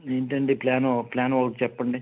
ఏంటండి ప్లాన్ ఒక ప్లాన్ ఒకటి చెప్పండి